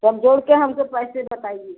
सब जोड़ कर हमको पैसे बताइए